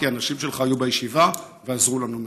כי אנשים שלך היו בישיבה ועזרו לנו מאוד.